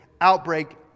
outbreak